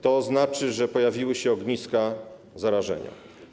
To oznacza, że pojawiły się ogniska zarażenia.